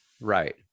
Right